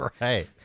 Right